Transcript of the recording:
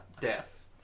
death